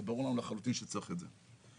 ברור לנו לחלוטין שצריך את זה.